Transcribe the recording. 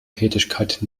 tätigkeit